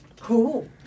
Cool